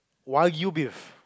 wagyu beef